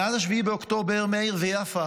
מאז 7 באוקטובר מאיר ויפה